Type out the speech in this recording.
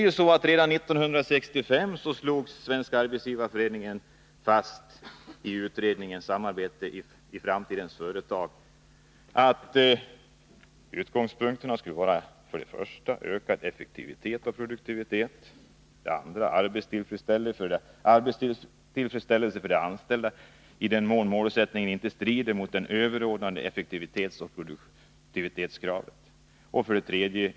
Redan 1965 slog Svenska arbetsgivareföreningen i utredningen ”Samarbete i framtidens företag” fast att utgångspunkterna skulle vara: 2. Arbetstillfredsställelse för de anställda i den mån målsättningen inte strider mot det överordnade effektivitetsoch produktionskravet. 3.